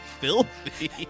filthy